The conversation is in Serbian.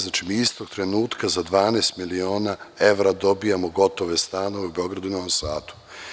Znači, mi istog trenutka za 12 miliona evra dobijamo gotove stanove u Beogradu i Novom Sadu.